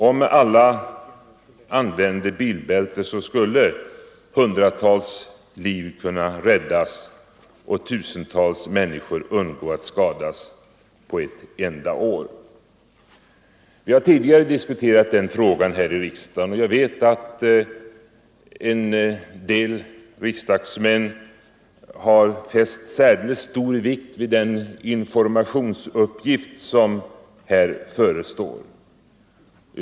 Om alla använde bilbälte, skulle hundratals liv kunna räddas och tusentals människor undgå att skadas på ett enda år. Vi har tidigare diskuterat den frågan här i riksdagen, och jag vet att en del riksdagsmän har fäst särdeles stor vikt vid den informationsuppgift som här förestår.